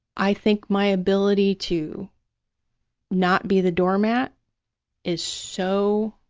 i think my ability to not be the doormat is so,